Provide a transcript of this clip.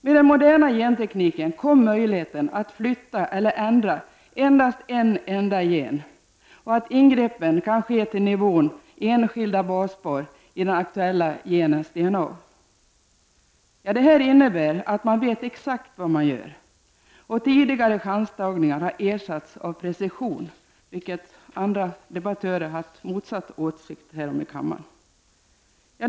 Med den moderna gentekniken kom möjligheten att flytta eller ändra en enda gen, och ingreppen kan nu ske till nivån enskilda baspar i den aktuella genens DNA. Det innebär att man vet exakt vad man gör. Tidigare chanstagningar har ersatts av precision. Andra debattörer här i kammaren har emellertid haft den motsatta åsikten i denna fråga.